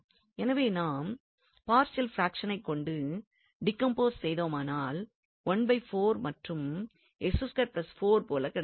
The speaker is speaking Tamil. எனவே நாம் பார்ஷியல் பிராக்ஷனைக் கொண்டு டீகம்போஸ் செய்தோமானால் மற்றும் போல கிடைக்கிறது